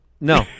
No